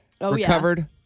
recovered